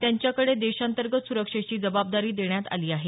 त्यांच्याकडे देशांतर्गत सुरक्षेची जबाबदारी देण्यात आली आहे